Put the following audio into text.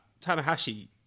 Tanahashi